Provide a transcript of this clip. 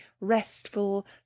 restful